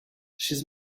she’s